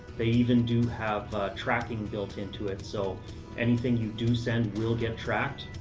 they even do have tracking built into it, so anything you do send will get tracked.